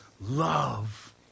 love